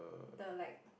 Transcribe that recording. the like